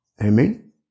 amen